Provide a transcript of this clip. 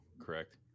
correct